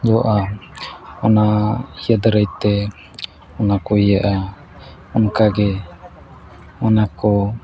ᱡᱚᱜᱼᱟ ᱚᱱᱟ ᱤᱭᱟᱹ ᱫᱟᱨᱟᱭᱛᱮ ᱚᱱᱟ ᱠᱚ ᱤᱭᱟᱹᱜᱼᱟ ᱚᱱᱠᱟᱜᱮ ᱚᱱᱟ ᱠᱚ